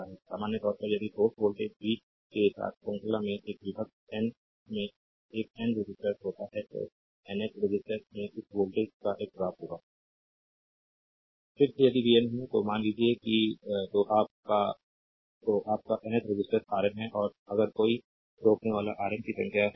सामान्य तौर पर यदि सोर्स वोल्टेज v के साथ श्रृंखला में एक विभक्त एन में एक एन रेसिस्टर्स होता है तो एनएच रेसिस्टर में इस वोल्टेज का एक ड्रॉप होगा स्लाइड टाइम देखें 2217 फिर से यदि vn है तो मान लीजिए कि तो आप का तो आप का nth रेसिस्टोर Rn है और अगर कोई रोकनेवाला Rn की संख्या है